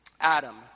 Adam